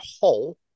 whole